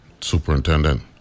superintendent